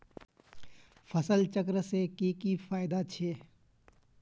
फसल चक्र से की की फायदा छे?